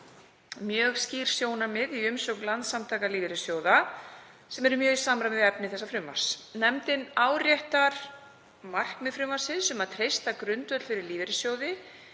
mjög skýr sjónarmið í umsögn Landssamtaka lífeyrissjóða sem eru mjög í samræmi við efni þessa frumvarps. Nefndin áréttar markmið frumvarpsins um að treysta grundvöll fyrir lífeyrissjóði